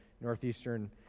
northeastern